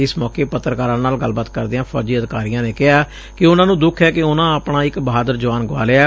ਇਸ ਮੌਕੇ ਪੱਤਰਕਾਰਾਂ ਨਾਲ ਗਲਬਾਤ ਕਰਦਿਆਂ ਫੌਜੀ ਅਧਿਕਾਰੀਆਂ ਨੇ ਕਿਹਾ ਕਿ ਉਨਾਂ ਨੂੰ ਦੱਖ ਐ ਕਿ ਉਨਾਂ ਆਪਣਾ ਇਕ ਬਹਾਦਰ ਜੁਆਨ ਗੁਆ ਲਿਐ